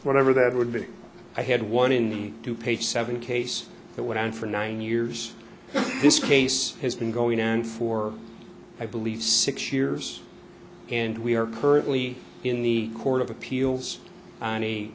whatever that would be i had one in two page seven case that went on for nine years this case has been going on for i believe six years and we are currently in the court of appeals